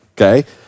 okay